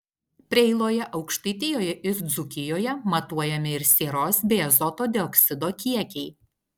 preiloje aukštaitijoje ir dzūkijoje matuojami ir sieros bei azoto dioksido kiekiai